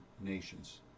nations